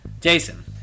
Jason